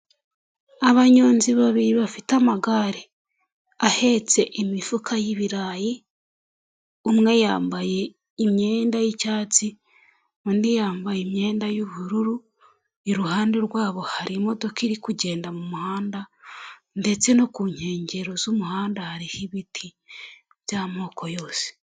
Abanyonzi babiri bafite amagare ahetse imifuka y'ibirayi, umwe yambaye imyenda y'icyatsi, undi yambaye imyenda y'ubururu, iruhande rwabo hari imodoka iri kugenda mu muhanda ndetse no ku nkengero z'umuhanda hariho ibiti by'amoko yose.